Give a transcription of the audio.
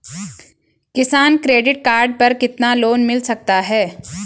किसान credit card पर कितना लोंन मिल सकता है?